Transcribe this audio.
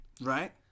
Right